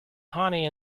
honey